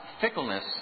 fickleness